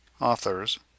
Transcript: Authors